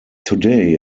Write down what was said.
today